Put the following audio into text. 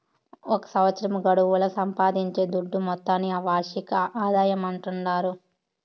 ఒక సంవత్సరం గడువుల సంపాయించే దుడ్డు మొత్తాన్ని ఆ వార్షిక ఆదాయమంటాండారు